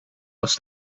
was